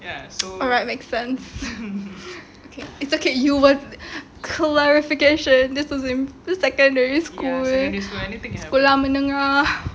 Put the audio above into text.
alright makes sense it's okay you want clarification just as in secondary school sekolah menengah